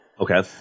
Okay